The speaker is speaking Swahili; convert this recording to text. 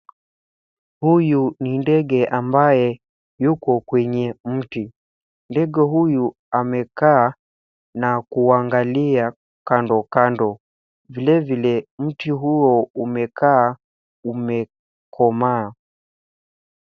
Huyu ni ndege ambaye yuko kwenye mti ndege huyu amekaa na kuangalia kando kando vilevile mti huo umekaa umekomaa.